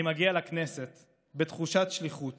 אני מגיע לכנסת בתחושת שליחות